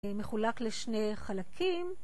מחולק לשני חלקים.